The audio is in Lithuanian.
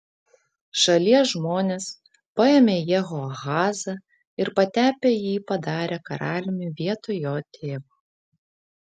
šalies žmonės paėmė jehoahazą ir patepę jį padarė karaliumi vietoj jo tėvo